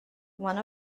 one